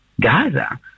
Gaza